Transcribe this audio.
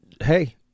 Hey